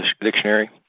dictionary